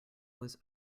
was